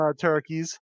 turkeys